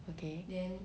okay